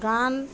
গান